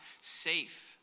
safe